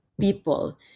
people